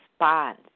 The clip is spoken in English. response